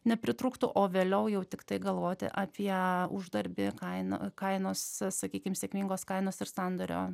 nepritrūktų o vėliau jau tiktai galvoti apie uždarbį kainą kainos sakykim sėkmingos kainos ir sandorio